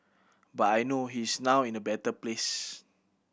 but I know he is now in a better place